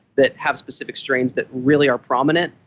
that have specific strains that really are prominent.